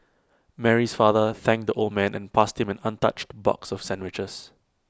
Mary's father thanked the old man and passed him an untouched box of sandwiches